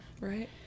Right